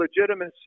legitimacy